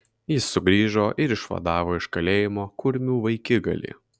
jis sugrįžo ir išvadavo iš kalėjimo kurmių vaikigalį